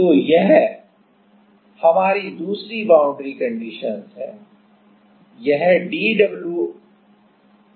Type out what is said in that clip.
तो यह हमारी दूसरी बाउंड्री कंडीशन है यह dwdx भी x 0 पर 0 है